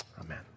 Amen